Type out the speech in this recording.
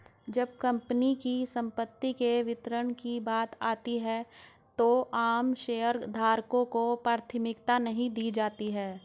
जब कंपनी की संपत्ति के वितरण की बात आती है तो आम शेयरधारकों को प्राथमिकता नहीं दी जाती है